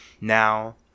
Now